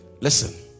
listen